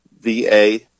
VA